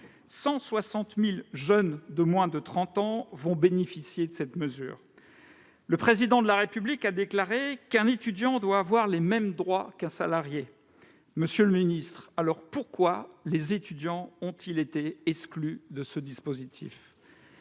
160 000 jeunes de moins de 30 ans qui vont bénéficier de cette mesure. Le Président de la République a déclaré qu'un étudiant devait avoir les mêmes droits qu'un salarié. Pourquoi les étudiants ont-ils été exclus de ce dispositif ?